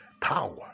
Power